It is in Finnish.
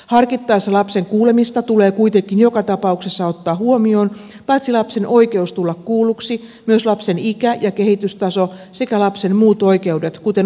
harkittaessa lapsen kuulemista tulee kuitenkin joka tapauksessa ottaa huomioon paitsi lapsen oikeus tulla kuulluksi myös lapsen ikä ja kehitystaso sekä lapsen muut oikeudet kuten oikeus suojeluun